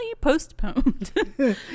postponed